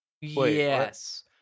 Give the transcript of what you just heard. Yes